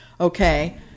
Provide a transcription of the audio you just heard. okay